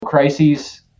Crises